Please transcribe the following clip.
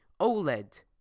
OLED